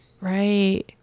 Right